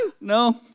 no